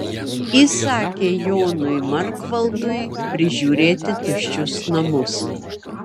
įsakė jonui markvaldui prižiūrėti tuščius namus